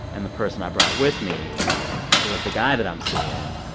and the person i brought with me was the guy that i'm seeing,